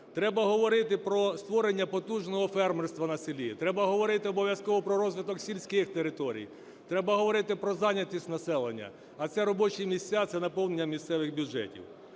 треба говорити про створення потужного фермерства на селі, треба говорити обов'язково про розвиток сільських територій, треба говорити про зайнятість населення, а це робочі місця, це наповнення місцевих бюджетів.